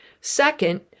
Second